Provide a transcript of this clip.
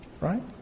right